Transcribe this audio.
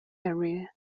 area